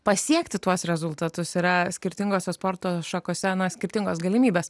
pasiekti tuos rezultatus yra skirtingose sporto šakose skirtingos galimybės